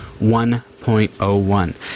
1.01